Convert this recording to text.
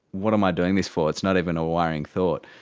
what am i doing this for, it's not even a worrying thought.